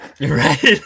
right